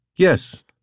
Yes